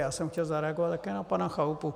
Já jsem chtěl zareagovat také na pana Chalupu.